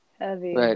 Heavy